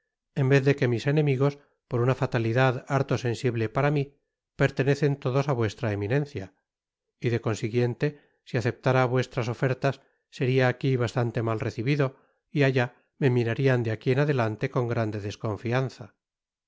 en vez de que mis enemigos por una fatalidad harto sensible para mi pertenecen todos á vuestra eminencia y de consiguiente si aceptara vuestras ofertas seria aqui bastante mal recibido y allá me mirarian de aqui en adelante con grande desconfianza